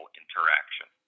interaction